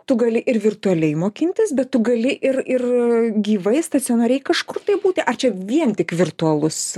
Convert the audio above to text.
tu gali ir virtualiai mokintis bet tu gali ir ir gyvai stacionariai kažkur tai būti ar čia vien tik virtualus